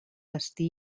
destí